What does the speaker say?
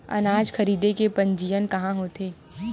अनाज खरीदे के पंजीयन कहां होथे?